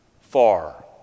far